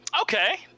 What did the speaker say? Okay